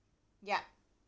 ya